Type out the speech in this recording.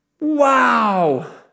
wow